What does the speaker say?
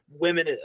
women